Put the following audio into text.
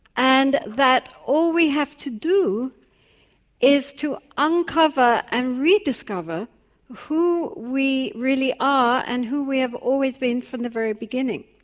and that all we have to do is to uncover and rediscover who we really are and who we have always been from the very beginning.